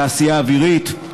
התעשייה האווירית,